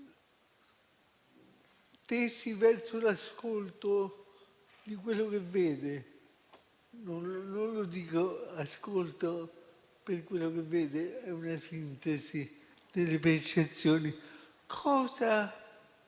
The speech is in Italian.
tesi verso l'ascolto di quello che vede. Non dico ascolto per quello che vede, è una sintesi delle percezioni. Cosa